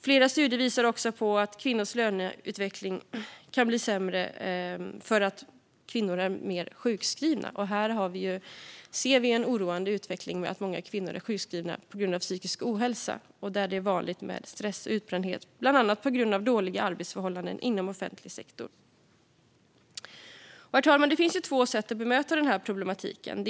Flera studier visar också att kvinnors löneutveckling kan bli sämre för att kvinnor är sjukskrivna mer. Här ser vi en oroande utveckling där många kvinnor är sjukskrivna på grund av psykisk ohälsa och där det är vanligt med stress och utbrändhet, bland annat på grund av dåliga arbetsförhållanden inom offentlig sektor. Herr talman! Det finns två sätt att bemöta den här problematiken.